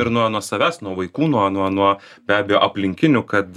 ir nuo nuo savęs nuo vaikų nuo nuo nuo be abejo aplinkinių kad